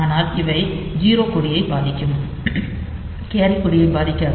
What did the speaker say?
ஆனால் இவை 0 கொடியை பாதிக்கும் கேரி கொடியை பாதிக்காது